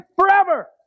forever